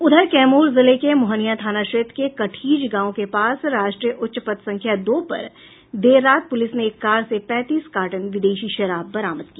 उधर कैमूर जिले के मोहनिया थाना क्षेत्र के कठीज गांव के पास राष्ट्रीय उच्च पथ संख्या दो पर देर रात पुलिस ने एक कार से पैंतीस कार्टन विदेशी शराब बरामद किया